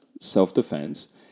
self-defense